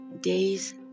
days